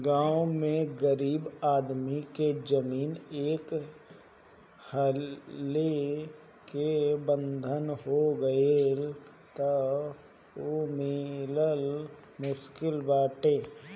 गांव में गरीब आदमी के जमीन एक हाली जब बंधक हो गईल तअ उ मिलल मुश्किल बाटे